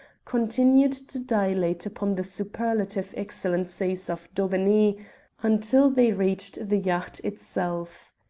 continued to dilate upon the superlative excellences of daubeney until they reached the yacht itself.